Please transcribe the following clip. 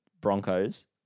Broncos